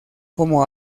como